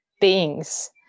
beings